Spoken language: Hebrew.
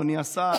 אדוני השר,